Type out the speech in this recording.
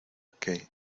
que